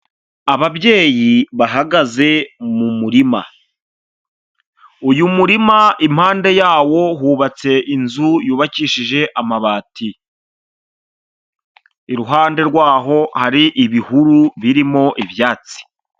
Ababyeyi bahagaze mu murima, uyu murima impande yawo hubatse inzu yubakishije amabati, iruhande rwaho hari ibihuru birimo ibyatsi.